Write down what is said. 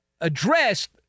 addressed